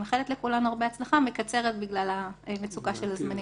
אני מאחלת לכולנו הרבה הצלחה ומקצרת בגלל המצוקה של הזמנים.